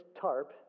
tarp